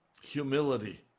humility